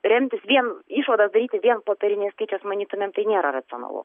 remtis vien išvadas daryti vien popieriniais skaičiais manytumėm tai nėra racionalu